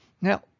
now